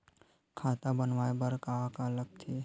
खाता बनवाय बर का का लगथे?